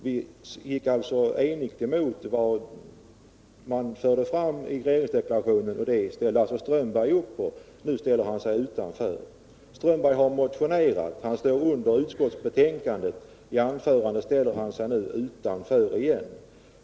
Vi gick alltså enigt emot vad som anförs i regeringsdeklarationen, och det ställde herr Strömberg upp på. Nu ställer han sig utanför. Herr Strömberg har motionerat, och hans namn står under utskottsbetänkandet. I anförandet ställer han sig nu utanför igen.